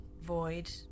Void